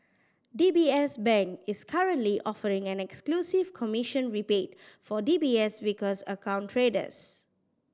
D B S Bank is currently offering an exclusive commission rebate for D B S Vickers account traders